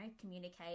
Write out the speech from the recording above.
communicate